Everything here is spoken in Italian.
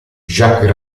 jacques